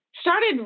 started